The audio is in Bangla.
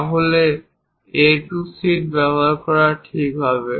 তাহলে A2 শীট ব্যবহার করা ঠিক হবে